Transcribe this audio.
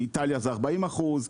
איטליה זה 40%,